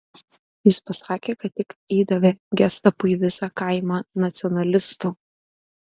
jis pasakė kad tik įdavė gestapui visą kaimą nacionalistų